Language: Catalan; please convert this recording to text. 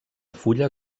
fulla